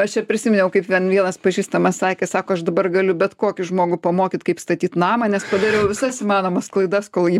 aš ir prisiminiau kaip ven vienas pažįstamas sakė sako aš dabar galiu bet kokį žmogų pamokyt kaip statyt namą nes padariau visas įmanomas klaidas kol jį